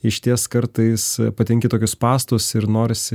išties kartais patenki į tokius spąstus ir norisi